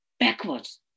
Backwards